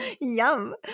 Yum